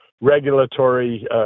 regulatory